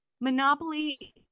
Monopoly-